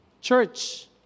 church